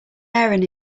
aaron